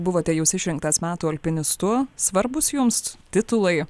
buvote jūs išrinktas metų alpinistu svarbūs jums titulai